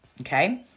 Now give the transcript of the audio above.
okay